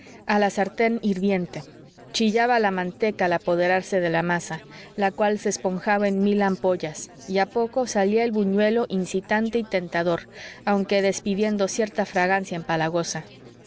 a la sartén hirviente chillaba la manteca al apoderarse de la masa la cual se esponjaba en mil ampollas y a poco salía el buñuelo incitante y tentador aunque despidiendo cierta fragancia empalagosa